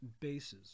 bases